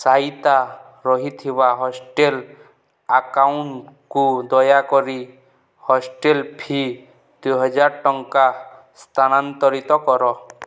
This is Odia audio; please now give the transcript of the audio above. ସାଇତା ରହିଥିବା ହଷ୍ଟେଲ୍ ଆକାଉଣ୍ଟକୁ ଦୟାକରି ହଷ୍ଟେଲ୍ ଫି ଦୁଇହଜାର ଟଙ୍କା ସ୍ଥାନାନ୍ତରିତ କର